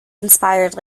inspired